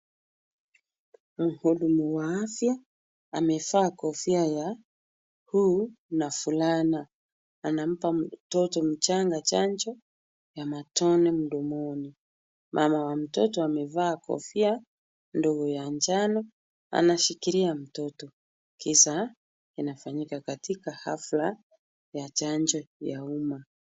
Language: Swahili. Mhudumu wa afya amevaa kofia ya WHO na fulana. Anampa mtoto mchanga chanjo ya matone mdomoni. Mama mtoto amevaa kofia ndogo ya njano. Anashikilia mtoto. Kisa inafanyika katika hafla ya chanjo ya umma.